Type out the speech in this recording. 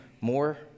more